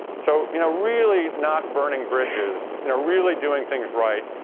so you know really not burning bridges, and really doing things right,